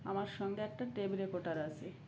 আমার সঙ্গে একটা টেপ রেকর্ডার আছে